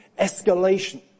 escalation